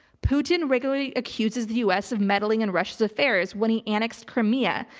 putin regularly accuses the u. s. of meddling in russia's affairs when he annexed crimea,